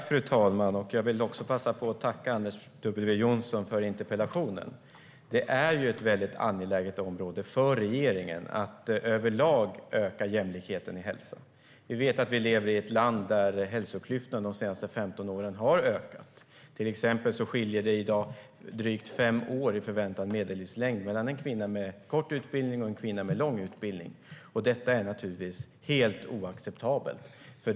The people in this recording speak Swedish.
Fru talman! Jag vill passa på att tacka Anders W Jonsson för interpellationen. Det här är ett angeläget område för regeringen att överlag öka jämlikheten i hälsa. Vi vet att vi lever i ett land där hälsoklyftorna har ökat de senaste 15 åren. Till exempel skiljer det i dag drygt fem år i förväntad medellivslängd mellan en kvinna med kort utbildning och en kvinna med lång utbildning. Detta är naturligtvis helt oacceptabelt.